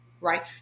right